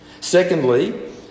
Secondly